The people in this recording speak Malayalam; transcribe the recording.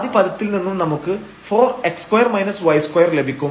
ആദ്യ പദത്തിൽ നിന്നും നമുക്ക് 4x2 y2 ലഭിക്കും